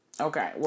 Okay